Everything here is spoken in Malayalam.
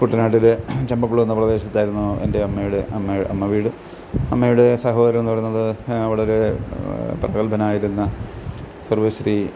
കുട്ടനാട്ടിൽ ചെമ്പക്കുളം എന്ന പ്രദേശത്തായിരുന്നു എൻ്റെ അമ്മയുടെ അമ്മ അമ്മവീട് അമ്മയുടെ സഹോദരനെന്ന് പറയുന്നത് വളരെ പ്രഗല്ഭനായിരുന്ന സർവ്വശ്രീ